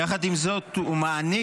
יחד עם זאת, הוא מעניק